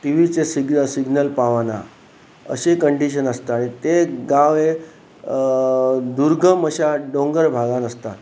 टीवीचे सिग् सिग्नल पावना अशें कंडीशन आसता आनी ते गांव हे दुर्गम अशा डोंगर भागान आसतात